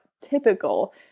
typical